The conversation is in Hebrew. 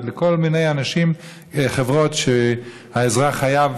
לכל מיני חברות שהאזרח חייב